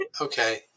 okay